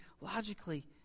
logically